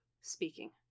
speaking